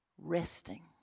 resting